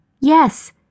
Yes